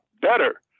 better